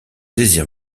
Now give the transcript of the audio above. désir